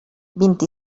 vint